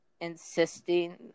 insisting